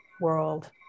world